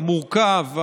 המורכב,